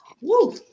Woo